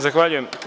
Zahvaljujem.